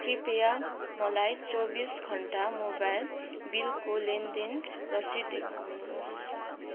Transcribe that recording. कृपया मलाई चौबीस घन्टा मोबाइल बिलको लेनदेन रसिद देखाउनुहोस्